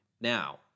now